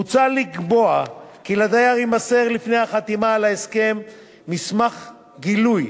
מוצע לקבוע כי לדייר יימסר לפני החתימה על ההסכם מסמך גילוי,